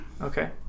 Okay